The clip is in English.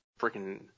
freaking